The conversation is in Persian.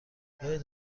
بیایید